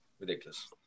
ridiculous